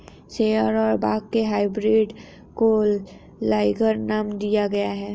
शेर और बाघ के हाइब्रिड को लाइगर नाम दिया गया है